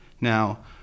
Now